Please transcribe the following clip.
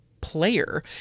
player